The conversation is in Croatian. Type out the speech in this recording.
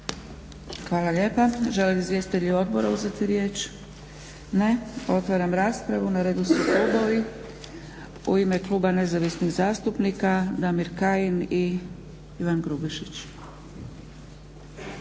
Hvala lijepa. Žele li izvjestitelji odbora uzeti riječ? Ne. Otvaram raspravu. Na redu su klubovi. U ime kluba nezavisnih zastupnika Damir Kajin i Ivan Grubišić.